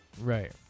Right